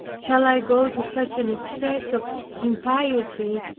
shall i go to such an excess of impiety,